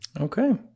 Okay